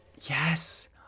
Yes